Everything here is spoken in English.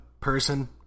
person